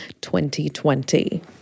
2020